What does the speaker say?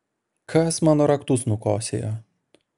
kas mano raktus nukosėjo